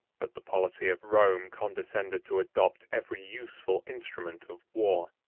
but the policy of rome condescended to adopt every useful instrument of war.